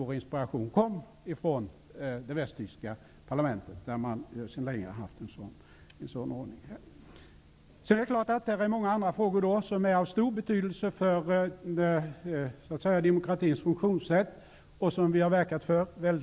Vår inspiration har kommit från den västtyska parlamentet, där man sedan länge har haft en sådan ordning. Det finns också många andra frågor som är av stor betydelse för demokratins funktionssätt, som vi har verkat för länge.